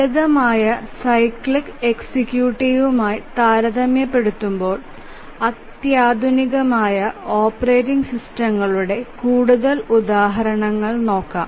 ലളിതമായ സൈക്ലിക് എക്സിക്യൂട്ടീവുമായി താരതമ്യപ്പെടുത്തുമ്പോൾ അത്യാധുനികമായ ഓപ്പറേറ്റിംഗ് സിസ്റ്റങ്ങളുടെ കൂടുതൽ ഉദാഹരണങ്ങൾ നോകാം